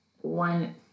one